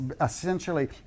essentially